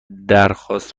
درخواست